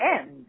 end